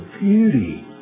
beauty